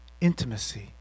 Intimacy